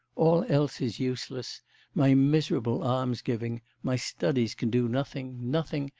all else is useless my miserable alms-giving, my studies can do nothing, nothing,